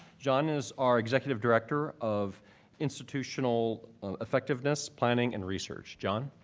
john is our executive director of institutional effectiveness, planning and research. john?